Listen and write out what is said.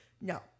no